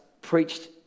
preached